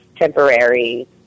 temporary